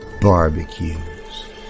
barbecues